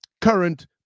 current